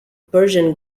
persian